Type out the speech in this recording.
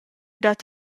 dat